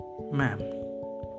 Ma'am